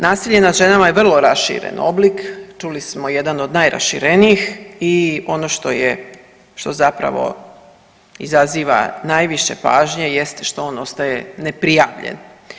Nasilje nad ženama je vrlo raširen oblik, čuli smo jedan od najraširenijih i ono što je, što zapravo izaziva najviše pažnje jest što on ostaje neprijavljen.